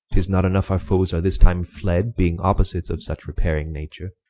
tis not enough our foes are this time fled, being opposites of such repayring nature